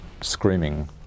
screaming